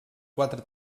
quatre